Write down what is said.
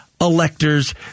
electors